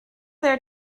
there